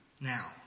Now